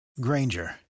Granger